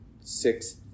Six